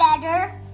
better